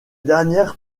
dernières